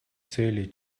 цели